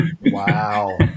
Wow